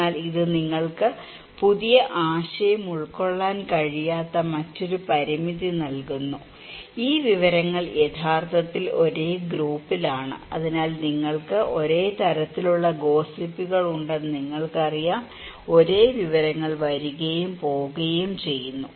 എന്നാൽ ഇത് നിങ്ങൾക്ക് പുതിയ ആശയം ഉൾക്കൊള്ളാൻ കഴിയാത്ത മറ്റൊരു പരിമിതി നൽകുന്നു ഈ വിവരങ്ങൾ യഥാർത്ഥത്തിൽ ഒരേ ഗ്രൂപ്പിലാണ് അതിനാൽ നിങ്ങൾക്ക് ഒരേ തരത്തിലുള്ള ഗോസിപ്പുകൾ ഉണ്ടെന്ന് നിങ്ങൾക്കറിയാം ഒരേ വിവരങ്ങൾ വരുകയും പോകുകയും ചെയ്യുന്നു